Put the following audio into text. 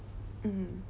mm